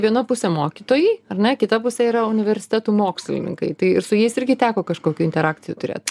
viena pusė mokytojai ar ne kita pusė yra universitetų mokslininkai tai ir su jais irgi teko kažkokių interakcijų turėt